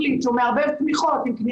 כאן קודם,